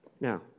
Now